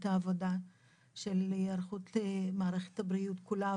העבודה של היערכות מערכת הבריאות כולה,